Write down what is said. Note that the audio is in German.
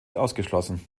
ausgeschlossen